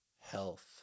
health